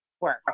work